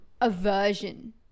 aversion